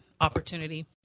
opportunity